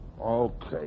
Okay